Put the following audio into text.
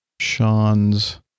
Sean's